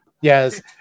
Yes